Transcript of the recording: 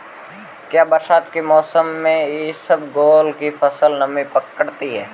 क्या बरसात के मौसम में इसबगोल की फसल नमी पकड़ती है?